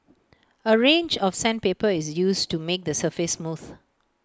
A range of sandpaper is used to make the surface smooth